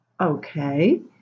okay